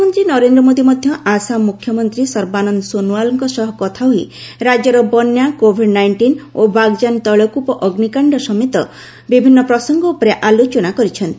ପ୍ରଧାନମନ୍ତ୍ରୀ ନରେନ୍ଦ୍ର ମୋଦୀ ମଧ୍ୟ ଆସାମ ମୁଖ୍ୟମନ୍ତ୍ରୀ ସର୍ବାନନ୍ଦ ସୋନୱାଲଙ୍କ ସହ କଥା ହୋଇ ରାଜ୍ୟର ବନ୍ୟା କୋଭିଡ୍ ନାଇଷ୍ଟିନ ଓ ବାଗ୍ଜାନ୍ ତୈଳକୂପ ଅଗ୍ନିକାଣ୍ଡ ସମେତ ବିଭିନ୍ନ ପ୍ରସଙ୍ଗ ଉପରେ ଆଲୋଚନା କରିଛନ୍ତି